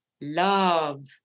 Love